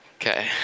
Okay